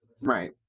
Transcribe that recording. Right